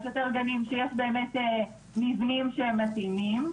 יש יותר גנים שיש באמת מבנים שהם מתאימים.